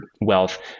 wealth